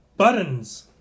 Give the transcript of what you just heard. Buttons